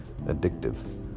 addictive